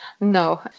No